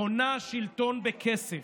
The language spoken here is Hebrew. קונה שלטון בכסף,